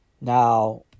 Now